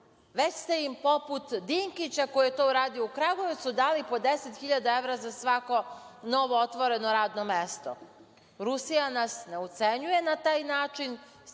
već ste im poput Dinkića to uradio u Kragujevcu dali po 10 hiljada evra za svako novootvoreno radno mesto. Rusija nas ne ucenjuje. Na taj način